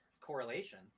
correlation